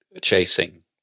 chasing